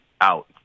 out